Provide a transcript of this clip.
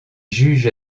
juges